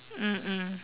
mm mm